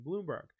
Bloomberg